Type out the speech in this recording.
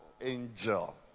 Angel